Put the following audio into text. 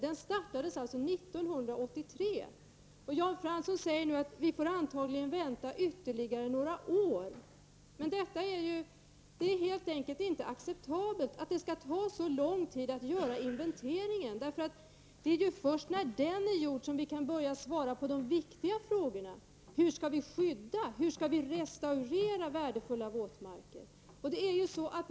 Den startades alltså 1983, och Jan Fransson säger nu att vi antagligen får vänta ytterligare några år. Men det är helt enkelt inte acceptabelt att det skall ta så lång tid att göra inventeringen. Det är ju först när den är gjord som vi kan börja svara på de viktiga frågorna. Hur skall vi skydda — och restaurera — värdefulla våtmarker?